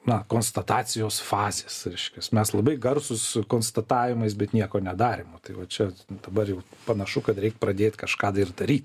na konstatacijos fazės reiškias mes labai garsūs konstatavimais bet nieko nedarymu tai va čia dabar jau panašu kad reik pradėt kažką ir daryt